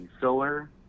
filler